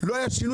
לא היה שינוי,